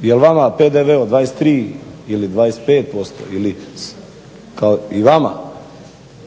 jer vama PDV od 23 ili 25% ili i vama